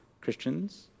Christians